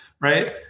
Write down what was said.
right